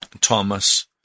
Thomas